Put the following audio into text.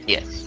Yes